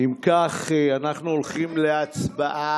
אם כך, אנחנו הולכים להצבעה.